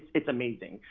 it's amazing.